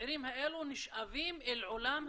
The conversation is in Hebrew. הצעירים האלה נשאבים אל עולם הפשע.